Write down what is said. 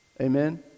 Amen